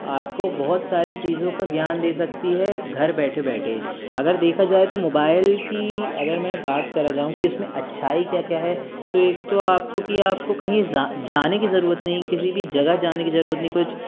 आपको बहुत सारी चीज़ों का ज्ञान दे सकती है घर बैठे बैठे अगर देखा जाए तो मोबाईल की अगर मैं बात करा जाऊँ की उसमे अच्छाई क्या क्या है एक तो आपको की आपको कहीं जाने की ज़रूरत नहीं किसी भी जगह जाने की ज़रूरत नहीं